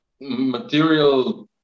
material